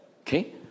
Okay